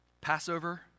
Passover